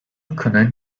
可能